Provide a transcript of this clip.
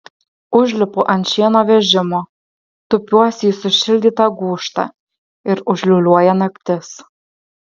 užlipu ant šieno vežimo tupiuosi į sušildytą gūžtą ir užliūliuoja naktis